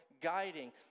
guiding